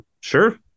sure